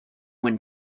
when